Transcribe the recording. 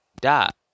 Dot